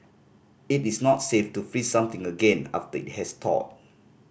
it is not safe to freeze something again after it has thawed